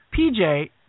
PJ